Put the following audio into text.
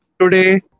today